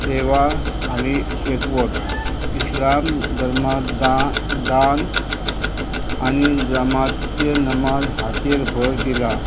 सेवा आनी एकवट इस्लाम धर्मातान आनी जमातीचे नमाज हाचेर भर दिला